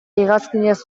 hegazkinez